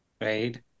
right